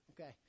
Okay